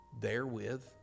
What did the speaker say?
therewith